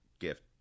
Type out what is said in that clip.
gift